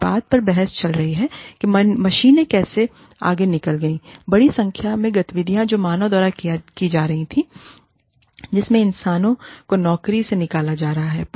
इस बात पर बहस चल रही है कि मशीनें कैसे आगे निकल गई हैं बड़ी संख्या में गतिविधियाँ जो मानव द्वारा की जा रही हैं जिससे इंसानों को नौकरियों से निकाला जा रहा है